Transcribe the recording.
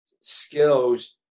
skills